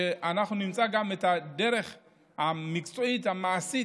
שאנחנו נמצא גם את הדרך המקצועית, המעשית,